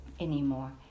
anymore